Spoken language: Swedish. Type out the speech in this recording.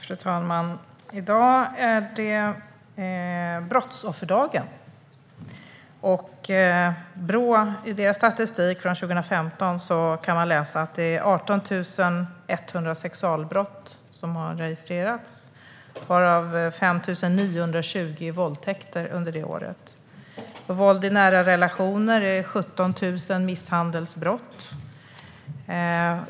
Fru talman! I dag är det brottsofferdagen. I Brås statistik från 2015 kan man läsa att 18 100 sexualbrott registrerades under året, varav 5 920 våldtäkter. Vad gäller våld i nära relationer var det 17 000 misshandelsbrott.